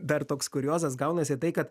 dar toks kuriozas gaunasi tai kad